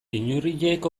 inurriek